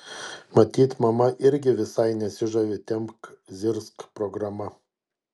matyt mama irgi visai nesižavi tempk zirzk programa